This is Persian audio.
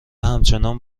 همچنان